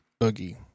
boogie